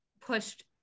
pushed